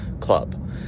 club